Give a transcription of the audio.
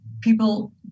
people